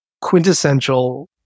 quintessential